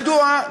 מדוע?